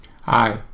Hi